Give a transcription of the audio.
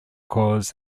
corps